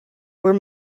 were